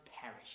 perish